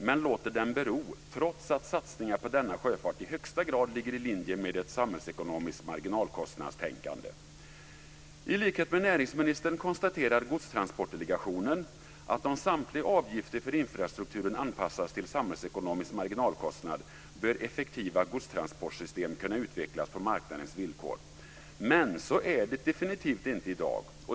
Men han låter dem bero, trots att satsningar på denna sjöfart i högsta grad ligger i linje med ett samhällsekonomiskt marginalkostnadstänkande. I likhet med näringsministern konstaterar Godstransportdelegationen att om samtliga avgifter för infrastrukturen anpassas till samhällsekonomisk marginalkostnad bör effektiva godstransportsystem kunna utvecklas på marknadens villkor. Men, så är det definitivt inte i dag.